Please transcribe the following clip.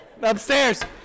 upstairs